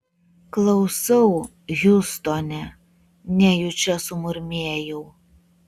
klausau hiūstone nejučia sumurmėjau